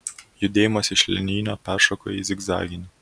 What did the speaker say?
judėjimas iš linijinio peršoko į zigzaginį